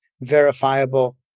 verifiable